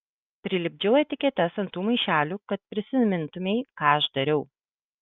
prilipdžiau etiketes ant tų maišelių kad prisimintumei ką aš dariau